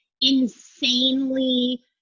insanely